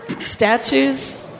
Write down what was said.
statues